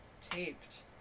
taped